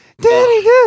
Daddy